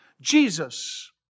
Jesus